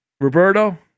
Roberto